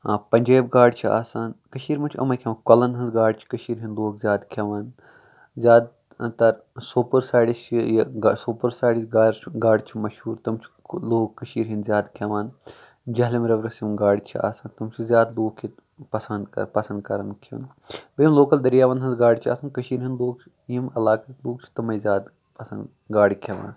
پَنجٲبۍ گاڈ چھِ آسان کٔشیٖر منٛز چھِ یِمے کھٮ۪وان کۄلن ہنز گاڈٕ چھِ کٔشیٖر ۂندۍ لوٗکھ زیادٕ کھٮ۪وان زیادٕ تر سۄپور سایڈٕ چھِ یہِ سوپور سایڈٕچ گارٕ گاڈٕ چھِ مَشہوٗر تِم چھِ لوٗکھ کٔشیٖر ۂندۍ زیادٕ کھٮ۪وان جیہلِم رِورَس یِم گادٕ چھِ آسان تِم چھِ زیادٕ لوٗکھ ییٚتہِ پساند پَسند کَرن کھیوٚن بیٚیہِ لوکل دریاون ہٕنٛز گاڈٕ چھِ آسان کٔشیٖر ہِندۍ لوٗکھ چھِ ییٚمہِ علاقٕکۍ لوٗکھ چھِ تِمے زیادٕ پَسند گاڈٕ کھٮ۪وان